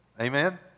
Amen